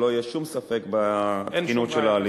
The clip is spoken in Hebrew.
שלא יהיה שום ספק בתקינות של ההליך.